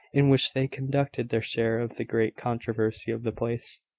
in which they conducted their share of the great controversy of the place.